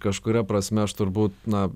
kažkuria prasme aš turbūt na